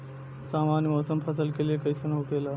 सामान्य मौसम फसल के लिए कईसन होखेला?